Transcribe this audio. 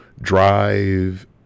drive